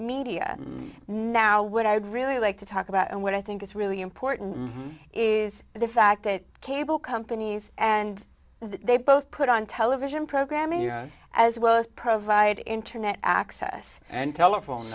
media now what i would really like to talk about and what i think is really important is the fact that cable companies and they both put on television programming you know as well as provide internet access and telephone